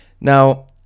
Now